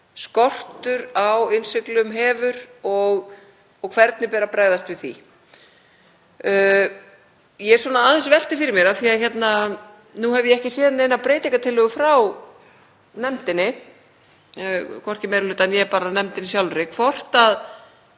skortur á innsiglum hefur og hvernig beri að bregðast við því. Ég velti því aðeins fyrir mér, af því að nú hef ég ekki séð neina breytingartillögu frá nefndinni, hvorki meiri hluta né bara nefndinni sjálfri, hvort það